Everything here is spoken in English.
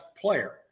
player